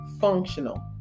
functional